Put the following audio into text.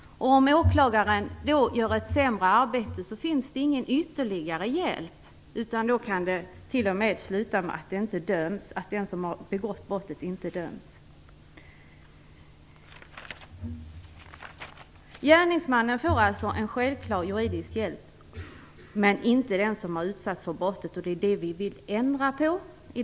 Om åklagaren gör ett sämre arbete finns det ingen ytterligare hjälp, utan då kan det t.o.m. sluta med att den som begått brottet inte döms. Gärningsmannen får alltså självklart juridisk hjälp, men inte den som har utsatts för brottet. Det vill vi ändra på.